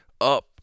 up